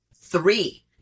three